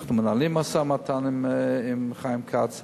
אנחנו מנהלים משא-ומתן עם חבר הכנסת חיים כץ,